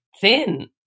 thin